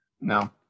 No